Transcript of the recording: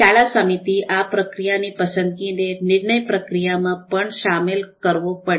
શાળા સમિતિ આ પ્રકારની પસંદગીને નિર્ણય પ્રક્રિયામાં પણ શામેલ કરવો પડે